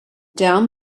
down